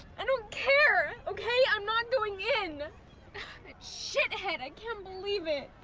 i don't care, okay? i'm not going in. that shithead, i can't believe it.